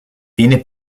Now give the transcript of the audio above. viene